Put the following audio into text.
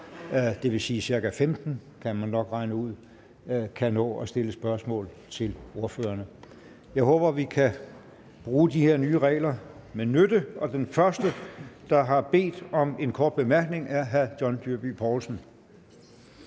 dvs. ca. 15, kan man nok regne ud, kan nå at stille spørgsmål til ordførerne. Jeg håber, vi kan bruge de her nye regler med nytte, og den første, der har bedt om en kort bemærkning, er hr. John Dyrby Paulsen.